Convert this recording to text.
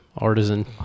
artisan